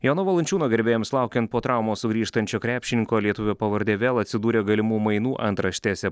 jono valančiūno gerbėjams laukiant po traumos sugrįžtančio krepšininko lietuvio pavardė vėl atsidūrė galimų mainų antraštėse